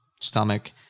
stomach